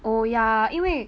oh ya 因为